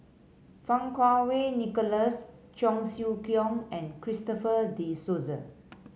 Fang Kuo Wei Nicholas Cheong Siew Keong and Christopher De Souza